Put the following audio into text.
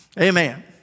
Amen